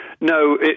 No